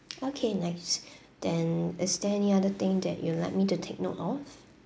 okay nice then is there any other thing that you like me to take note of